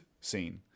scene